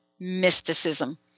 mysticism